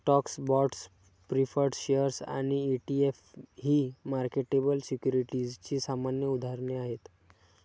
stocks, bonds, preferred shares आणि ETF ही marketable सिक्युरिटीजची सामान्य उदाहरणे आहेत